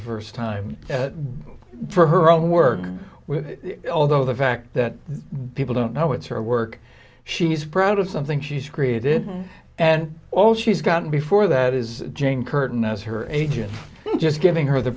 traverse time for her own work with although the fact that people don't know it's her work she's proud of something she's created and all she's gone before that is jane curtain as her agent just giving her the